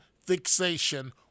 fixation